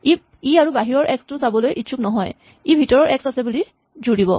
ই আৰু বাহিৰৰ এক্স টো চাবলৈ ইচ্ছুক নহয় ই ভিতৰৰ এক্স আছে বুলি জোৰ দিব